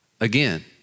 Again